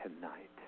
tonight